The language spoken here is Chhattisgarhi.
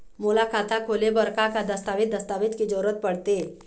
मोला खाता खोले बर का का दस्तावेज दस्तावेज के जरूरत पढ़ते?